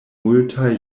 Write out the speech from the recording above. multaj